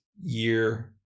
year